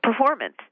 performance